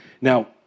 Now